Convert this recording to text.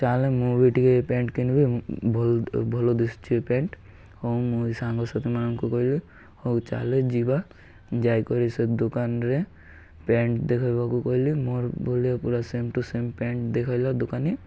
ଚାଲେ ମୁଁ ବି ଟିକେ ଏ ପ୍ୟାଣ୍ଟ କିଣିବି ଭଲ ଭଲ ଦିଶୁଛି ଏ ପ୍ୟାଣ୍ଟ ହଉ ମୁଁ ଏଇ ସାଙ୍ଗସାଥିମାନଙ୍କୁ କହିଲି ହଉ ଚାଲେ ଯିବା ଯାଇକରି ସେ ଦୋକାନରେ ପ୍ୟାଣ୍ଟ ଦେଖାଇବାକୁ କହିଲି ମୋର ବୋଲି ପୁରା ସେମ୍ ଟୁ ସେମ୍ ପ୍ୟାଣ୍ଟ ଦେଖାଇଲା ଦୋକାନୀ